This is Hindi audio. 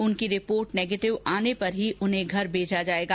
उनकी रिपोर्ट नेगेटिव आने पर उन्हें घर भेजा जाएगा